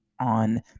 on